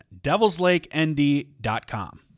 Devil'sLakeND.com